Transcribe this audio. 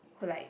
who like